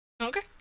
Okay